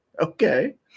Okay